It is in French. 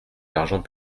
l’argent